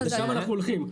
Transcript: לשם אנחנו הולכים,